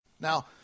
Now